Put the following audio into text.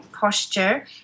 posture